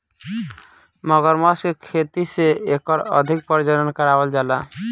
मगरमच्छ के खेती से एकर अधिक प्रजनन करावल जाला